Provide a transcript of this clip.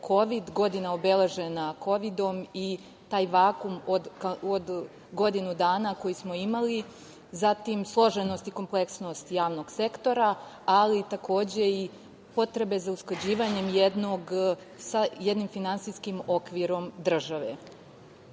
godina obeležena kovidom i taj vakuum od godinu dana koji smo imali, zatim složenost i kompleksnost javnog sektora, ali, takođe i potrebe za usklađivanje sa jednim finansijskim okvirom države. Mi,